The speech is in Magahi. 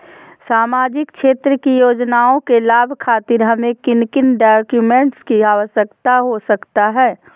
सामाजिक क्षेत्र की योजनाओं के लाभ खातिर हमें किन किन डॉक्यूमेंट की आवश्यकता हो सकता है?